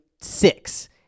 six